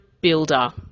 builder